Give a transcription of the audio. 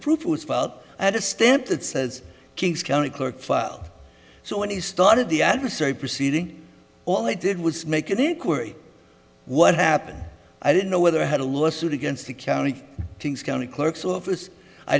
filed at a stamp that says kings county clerk file so when he started the adversary proceeding all i did was make an inquiry what happened i didn't know whether i had a lawsuit against the county kings county clerk's office i